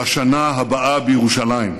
"לשנה הבאה בירושלים".